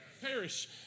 Perish